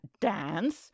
dance